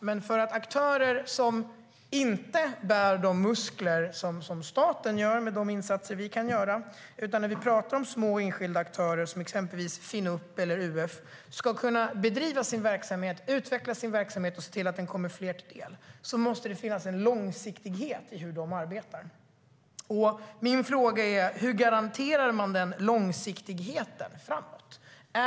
Men för att aktörer som inte har de muskler som staten har med de insatser den kan göra - små enskilda aktörer som exempelvis Finn upp eller UF - ska kunna bedriva sin verksamhet, utveckla den och se till att den kommer fler till del måste det finnas en långsiktighet i hur de arbetar. Min fråga är: Hur garanterar man den långsiktigheten?